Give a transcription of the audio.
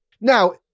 Now